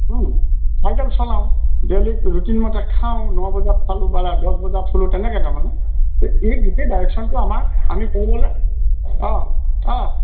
cycle চলাওঁ daily ৰুটিনমতে খাওঁ ন বজাত খালোঁ বা ৰাতি দছ বজাত শুলোঁ তেনেকৈ তাৰমানে এই গোটেই ডাইৰেকশ্যনটো আমাক আমি কৰি ল'লে অঁ অঁ